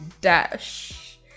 Dash